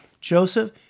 Joseph